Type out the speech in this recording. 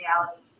reality